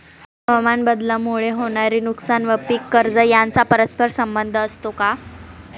हवामानबदलामुळे होणारे नुकसान व पीक कर्ज यांचा परस्पर संबंध असतो का?